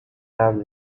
have